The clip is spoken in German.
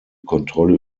kontrolle